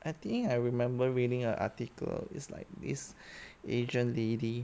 I think I remember reading an article is like this asian lady